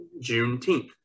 Juneteenth